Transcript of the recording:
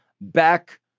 back